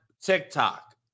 TikTok